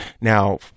Now